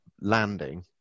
landing